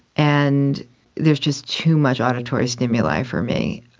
and there's just too much auditory stimuli for me.